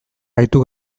gaitu